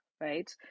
right